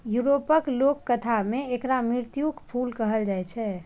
यूरोपक लोककथा मे एकरा मृत्युक फूल कहल जाए छै